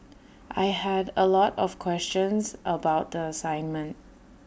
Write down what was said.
I had A lot of questions about the assignment